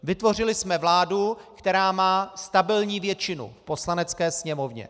Vytvořili jsme vládu, která má stabilní většinu v Poslanecké sněmovně.